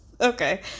Okay